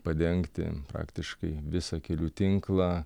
padengti praktiškai visą kelių tinklą